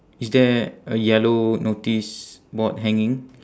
is there a yellow notice board hanging